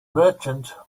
merchant